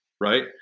right